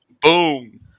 Boom